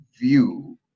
view